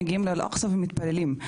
מגיעים לאל-אקצה ומתפללים.